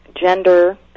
gender